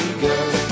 girl